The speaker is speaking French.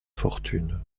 fortune